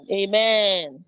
amen